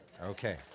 Okay